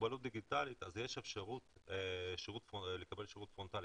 יש אפשרות לקבל שירות פרונטלי.